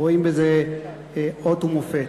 ורואים בזה אות ומופת.